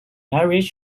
marriage